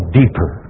deeper